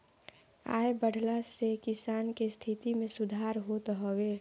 आय बढ़ला से किसान के स्थिति में सुधार होत हवे